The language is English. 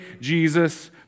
Jesus